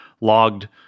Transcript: logged